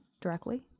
directly